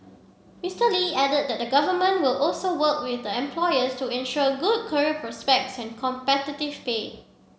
Mister Lee added that the government will also work with employers to ensure good career prospects and competitive pay